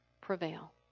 prevail